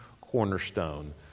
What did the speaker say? cornerstone